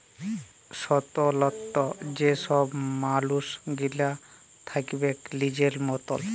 স্বতলত্র যে ছব মালুস গিলা থ্যাকবেক লিজের মতল